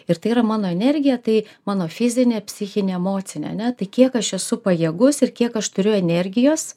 ir tai yra mano energija tai mano fizinė psichinė emocinė ane tai kiek aš esu pajėgus ir kiek aš turiu energijos